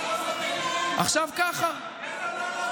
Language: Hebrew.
תן להעלות את הארנונה,